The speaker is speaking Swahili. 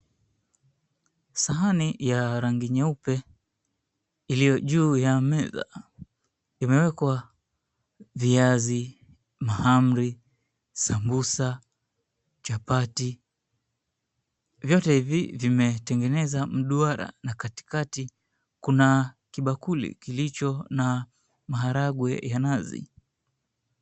Sahani ya rangi nyeupe iliyo juu ya meza imewekwa viazi, mahamri, sambusa, chapati. Vyote hivi vimetengeneza mduara na katikati kuna kibakuli kilicho na maharagwe ya nazi.